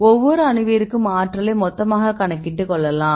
ஒவ்வொரு அணுவிற்கும் ஆற்றலைக் மொத்தமாகக் கணக்கிட்டு கொள்ளலாம்